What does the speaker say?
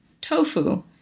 tofu